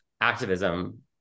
activism